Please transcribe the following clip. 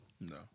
No